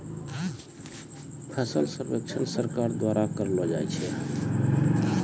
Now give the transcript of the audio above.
फसल सर्वेक्षण सरकार द्वारा करैलो जाय छै